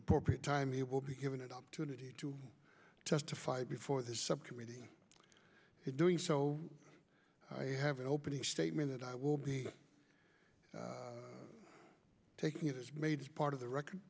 appropriate time he will be given an opportunity to testify before this subcommittee he doing so i have an opening statement that i will be taking is made as part of the record